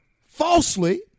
falsely